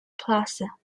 plaza